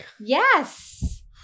Yes